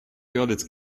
görlitz